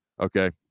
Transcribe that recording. Okay